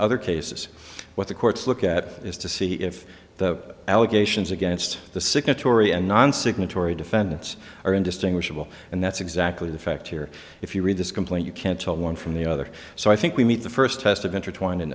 other cases what the courts look at is to see if the allegations against the signatory and non signatory defendants are indistinguishable and that's exactly the fact here if you read this complaint you can't tell one from the other so i think we meet the first test of intertwined in